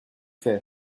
fait